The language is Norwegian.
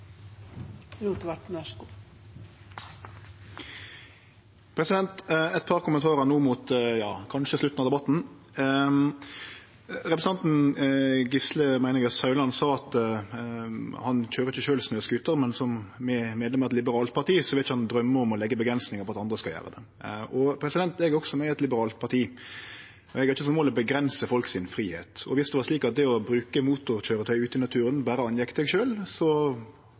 eit par kommentarar no mot slutten av debatten. Representanten Gisle Meiniger Saudland sa at han ikkje sjølv køyrer snøscooter, men at han som medlem av eit liberalt parti ikkje ville drøyme om å leggje avgrensingar på at andre skal få gjere det. Eg er også med i eit liberalt parti, og eg har ikkje som mål å avgrense fridomen til folk. Om det var slik at det å bruke motorkøyretøy ute i naturen berre